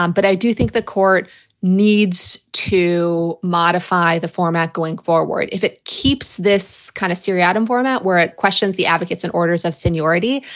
um but i do think the court needs to modify the format going forward. if it keeps this kind of syria item format where it questions the advocates and orders of seniority,